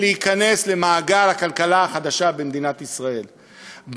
למעגל הכלכלה החדשה במדינת ישראל.